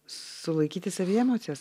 sulaikyti savyje emocijas